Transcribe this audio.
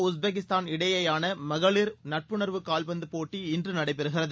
Uzbekistan இடையேயான மகளிர் நட்புணர்வு கால்பந்து இந்தியா போட்டி இன்று நடைபெறுகிறது